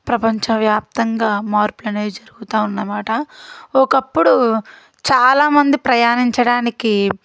ప్రపంచవ్యాప్తంగా మార్పులు అనేవి జరుగుతూ ఉన్నమాట ఒకప్పుడూ చాలా మంది ప్రయాణించడానికీ